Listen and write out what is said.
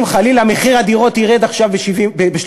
אם חלילה מחיר הדירות ירד עכשיו ב-30%,